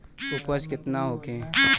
उपज केतना होखे?